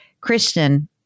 Kristen